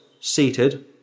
seated